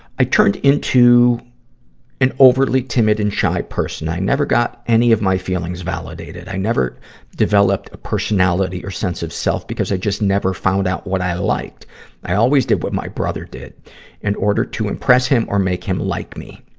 i turned into an overly-timid and shy person. i never got any of my feelings validated. i never developed a personality or sense of self because i just never found out what i liked. but i always did what my brother did in order to impress him or make him like me.